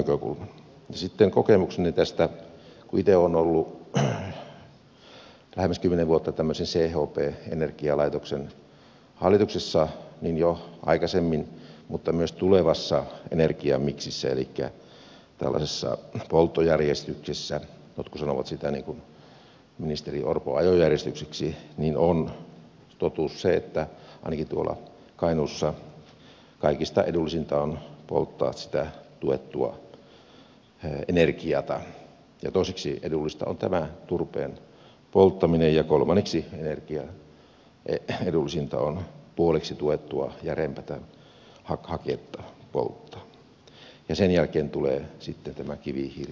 ja sitten kokemukseni tästä itse olen ollut lähemmäs kymmenen vuotta tämmöisen chp energialaitoksen hallituksessa on se että jo aikaisemmin on ollut mutta on myös tulevassa energiamiksissä elikkä tällaisessa polttojärjestyksessä jotkut sanovat sitä niin kuin ministeri orpo ajojärjestykseksi totuus se että ainakin tuolla kainuussa kaikista edullisinta on polttaa sitä tuettua energiaa toiseksi edullisinta on tämä turpeen polttaminen ja kolmanneksi edullisinta on puoliksi tuettua järeämpää haketta polttaa ja sen jälkeen tulee sitten tämä kivihiili